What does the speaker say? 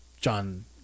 john